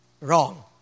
Wrong